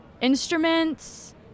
instruments